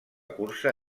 cursa